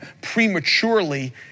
prematurely